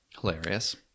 Hilarious